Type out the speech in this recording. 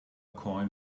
coin